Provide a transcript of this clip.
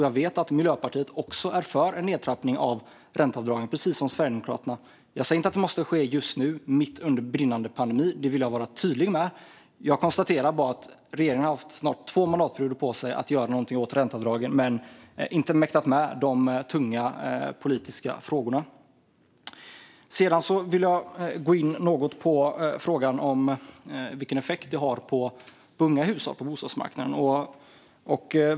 Jag vet att Miljöpartiet också är för en nedtrappning av ränteavdragen, precis som Sverigedemokraterna. Jag säger inte att det måste ske just nu, mitt under brinnande pandemi; det vill jag vara tydlig med. Jag konstaterar bara att regeringen har haft snart två mandatperioder på sig att göra något åt ränteavdragen men inte mäktat med de tunga politiska frågorna. Sedan vill jag gå in något på frågan vilken effekt det har på unga hushåll på bostadsmarknaden.